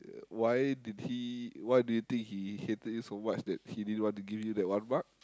uh why did he why do you think he hated it so much that he didn't want to give you that one mark